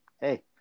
hey